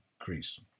increase